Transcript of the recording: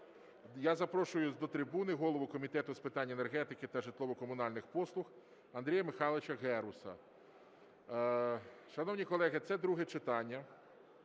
Я запрошую до трибуни голову Комітету з питань енергетики та житлово-комунальних послуг Андрія Михайловича Геруса. Шановні колеги, це друге читання,